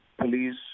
police